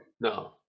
No